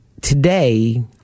today